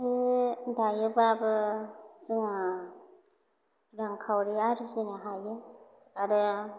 सि दायोबाबो जोंहा रांखावरि आरजिनो हायो आरो